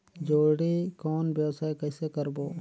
जोणी कौन व्यवसाय कइसे करबो?